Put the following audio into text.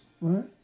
right